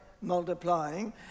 multiplying